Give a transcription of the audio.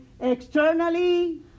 Externally